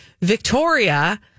Victoria